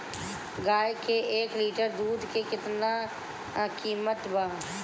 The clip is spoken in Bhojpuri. गाय के एक लिटर दूध के कीमत केतना बा?